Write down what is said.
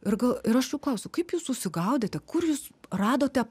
ir gal ir aš jų klausiu kaip jūs susigaudėte kur jūs radote